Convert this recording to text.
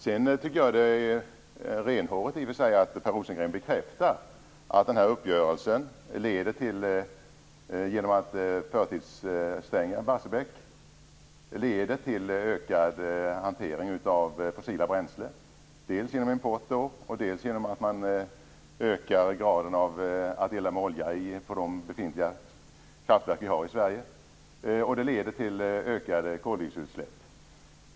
Jag tycker i och för sig att det är renhårigt av Per Rosengren att bekräfta att den här uppgörelsen om att förtidsstänga Barsebäck leder till ökad hantering av fossila bränslen, dels genom import, dels genom ökad grad av eldning med olja i de befintliga kraftverken i Sverige, och leder till ökade koldioxidutsläpp.